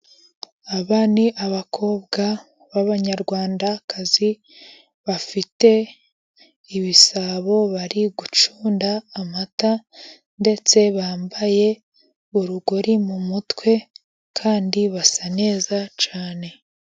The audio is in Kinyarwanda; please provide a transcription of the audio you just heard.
Aba ni abakobwa b'Abanyarwandakazi. Bafite ibisabo bari gucunda amata, ndetse bambaye urugori mu mutwe kandi basa neza cyane.